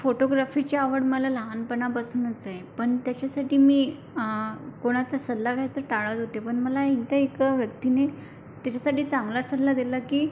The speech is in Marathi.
फोटोग्राफीची आवड मला लहानपणापासूनच आहे पण त्याच्यासाठी मी कोणाचा सल्ला घ्यायचा टाळत होते पण मला एकदा एक व्यक्तीने त्याच्यासाठी चांगला सल्ला दिला की